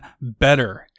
better